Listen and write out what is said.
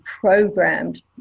programmed